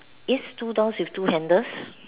is two doors with two handles